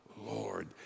Lord